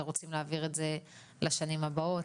ורוצים להעביר את זה לשנים הבאות,